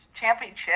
Championship